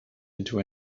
into